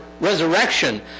Resurrection